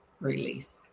release